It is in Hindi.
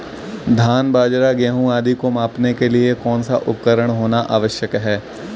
धान बाजरा गेहूँ आदि को मापने के लिए कौन सा उपकरण होना आवश्यक है?